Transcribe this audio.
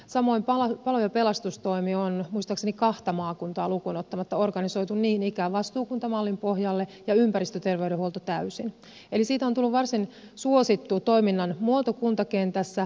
samoin palo ja pelastustoimi on muistaakseni kahta maakuntaa lukuun ottamatta organisoitu niin ikään vastuukuntamallin pohjalle ja ympäristöterveydenhuolto täysin eli siitä on tullut varsin suosittu toiminnan muoto kuntakentässä